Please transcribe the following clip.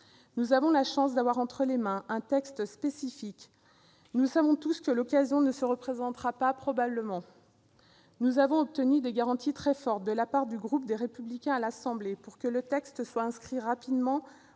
Nous avons la chance d'avoir entre les mains un texte spécifique, et nous savons tous que cette occasion ne se représentera probablement pas. Nous avons obtenu des garanties très fortes de la part du groupe Les Républicains à l'Assemblée nationale pour que le texte soit inscrit rapidement